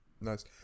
Nice